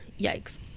yikes